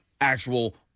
actual